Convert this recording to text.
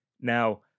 Now